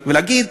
ולהגיד: